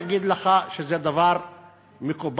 יגידו לך שזה דבר מקובל,